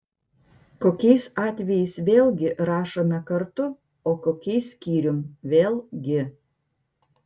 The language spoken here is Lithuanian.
kokiais atvejais vėlgi rašome kartu o kokiais skyrium vėl gi